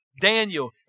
Daniel